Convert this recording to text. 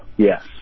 yes